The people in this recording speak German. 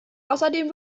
außerdem